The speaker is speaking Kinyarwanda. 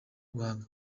guhanga